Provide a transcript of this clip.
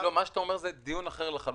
שאתה אומר זה דיון אחר לחלוטין,